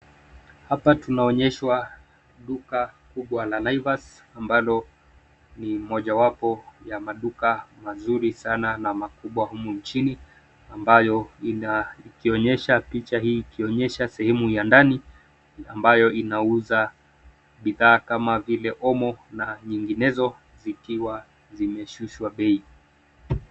Hapa tunaonyeshwa duka kubwa la Naivas ambalo ni mojawapo ya maduka mazuri sana na makubwa humu nchini ambayo picha hii ikionyesha sehemu ya ndani ambayo inauza bidhaa kama vile omo na nyinginezo zikiwa zimeshushwa bei.